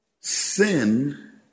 Sin